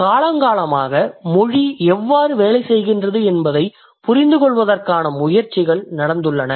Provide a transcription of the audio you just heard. ஆனால் காலங்காலமாக மொழி எவ்வாறு வேலை செய்கின்றது என்பதைப் புரிந்துகொள்வதற்கான முயற்சிகள் நடந்துள்ளன